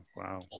wow